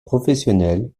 professionnels